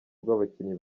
rw’abakinnyi